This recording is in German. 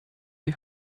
die